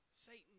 Satan